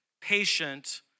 patient